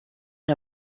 der